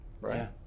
Right